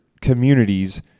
communities